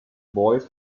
boys